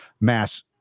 mass